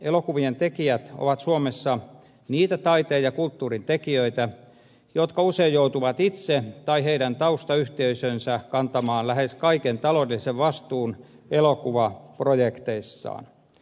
elokuvien tekijät ovat suomessa niitä taiteen ja kulttuurin tekijöitä jotka usein joutuvat itse tai heidän taustayhteisönsä kantamaan lähes kaiken taloudellisen vastuun elokuvaprojekteissaan